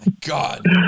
God